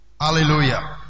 Hallelujah